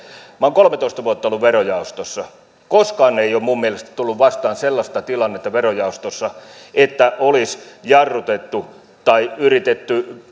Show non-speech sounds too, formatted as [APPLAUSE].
olen kolmetoista vuotta ollut verojaostossa koskaan ei ole minun mielestäni verojaostossa tullut vastaan sellaista tilannetta että olisi jarrutettu tai yritetty [UNINTELLIGIBLE]